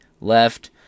Left